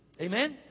Amen